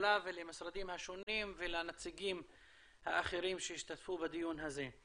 הכלכלה ולמשרדים השונים ולנציגים האחרים שהשתתפו בדיון הזה.